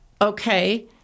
okay